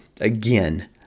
Again